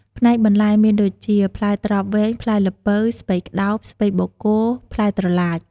ផ្នែកបន្លែ មានដូចជា ផ្លែត្រប់វែង ផ្លែល្ពៅ ស្ពៃក្តោប ស្ពៃបូកគោ ផ្លែត្រឡាច។